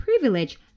privilege